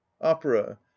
opera